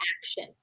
action